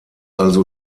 also